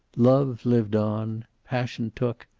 love lived on. passion took,